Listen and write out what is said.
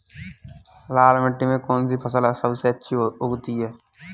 लाल मिट्टी में कौन सी फसल सबसे अच्छी उगती है?